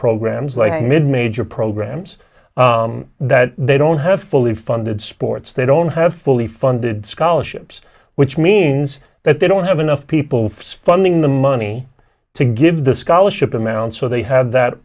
programs like mid major programs that they don't have fully funded sports they don't have fully funded scholarships which means that they don't have enough people standing the money to give the scholarship amount so they have that